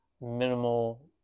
minimal